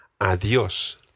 Adios